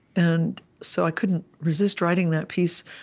and so i couldn't resist writing that piece,